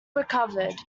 recovered